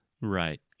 right